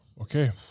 Okay